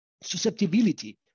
susceptibility